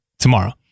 tomorrow